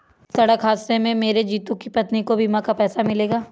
सड़क हादसे में मरे जितू की पत्नी को बीमा का पैसा मिलेगा